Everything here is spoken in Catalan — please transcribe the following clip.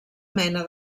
mena